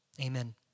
Amen